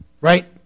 right